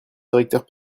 directeur